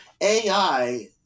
AI